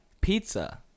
pizza